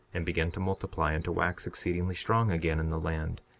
and began to multiply and to wax exceedingly strong again in the land.